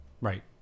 Right